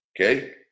Okay